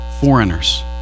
foreigners